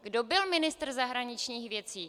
Kdo byl ministr zahraničních věcí?